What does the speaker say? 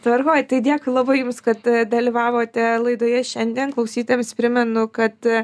tvarkoj tai dėkui labai jums kad dalyvavote laidoje šiandien klausytojams primenu kad